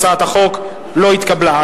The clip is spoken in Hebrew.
הצעת החוק לא התקבלה.